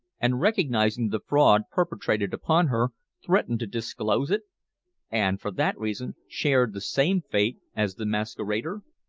and recognizing the fraud perpetrated upon her threatened to disclose it and, for that reason, shared the same fate as the masquerader?